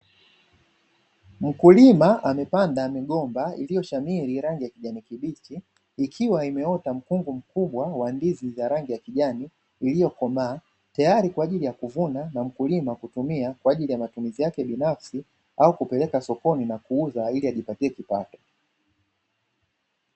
Mkulima amepanda migomba iliyoshamiri rangi ya kijani kibichi ikiwa imeota mkungu mkubwa wa ndizi ya rangi ya kijani iliyokomaa tayari kwa ajili ya kuvunwa na mkulima kutumia kwa ajili ya matumizi yake binafsi au kupeleka sokoni na kuuza ili kujipatia kipato.